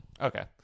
Okay